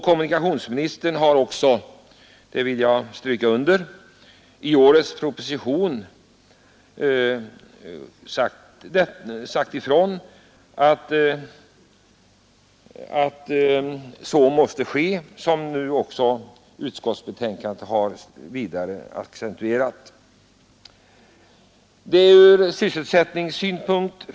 Kommunikationsministern har också — det vill jag understryka — i årets proposition sagt ifrån att så måste ske, och detta har utskottet i sitt betänkande accentuerat.